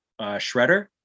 shredder